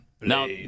Now